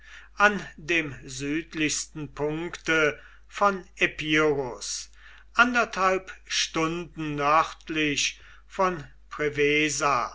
an dem südlichsten punkte von epirus anderthalb stunden nördlich von